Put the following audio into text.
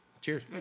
Cheers